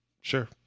sure